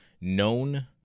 known